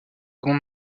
wagons